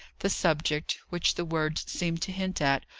the subject, which the words seemed to hint at,